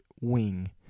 wing